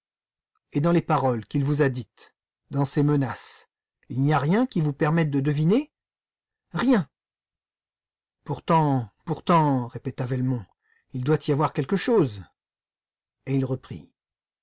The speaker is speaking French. et dans les paroles qu'il vous a dites dans ses menaces il n'y a rien qui vous permette de deviner rien pourtant pourtant répéta velmont il doit y avoir quelque chose et il reprit